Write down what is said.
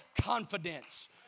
confidence